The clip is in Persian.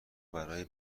برای